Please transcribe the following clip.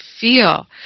feel